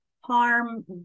harm